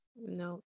No